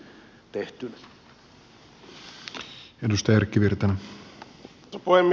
arvoisa puhemies